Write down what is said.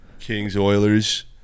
Kings-Oilers